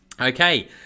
Okay